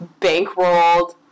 bankrolled